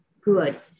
good